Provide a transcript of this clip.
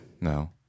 No